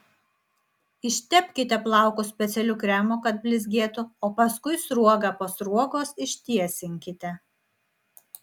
ištepkite plaukus specialiu kremu kad blizgėtų o paskui sruoga po sruogos ištiesinkite